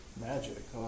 Magic